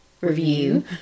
review